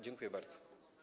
Dziękuję bardzo.